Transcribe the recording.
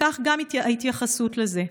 וכך גם ההתייחסות לזה.